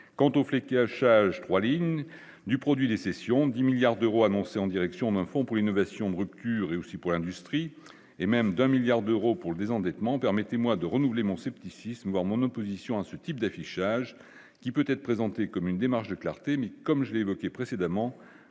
qui affichage 3 lignes du produit des cessions 10 milliards d'euros annoncés en direction d'un fonds pour l'innovation de rupture et aussi pour l'industrie et même d'un milliard d'euros pour le désendettement, permettez-moi de renouveler mon scepticisme voir mon opposition à ce type d'affichage qui peut être présenté comme une démarche de clarté, mais comme je l'ai évoqué précédemment